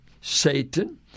Satan